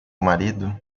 marido